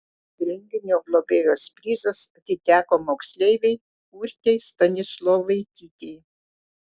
renginio globėjos prizas atiteko moksleivei urtei stanislovaitytei